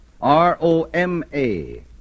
R-O-M-A